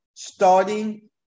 starting